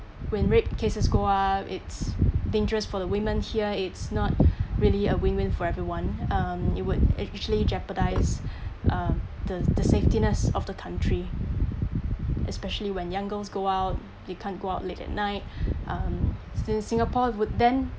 when rape cases go up it's dangerous for the women here it's not really a win win for everyone um it would actually jeopardize uh the the safetyness of the country especially when young girls go out you can't go out late at night um still singapore would then